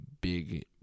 big